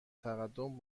تقدم